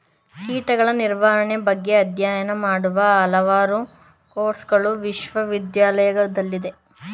ಕೀಟಗಳ ನಿರ್ವಹಣೆ ಬಗ್ಗೆ ಅಧ್ಯಯನ ಮಾಡುವ ಹಲವಾರು ಕೋರ್ಸಗಳು ವಿಶ್ವವಿದ್ಯಾಲಯಗಳಲ್ಲಿವೆ